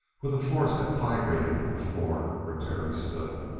with a force that vibrated the floor where terry stood.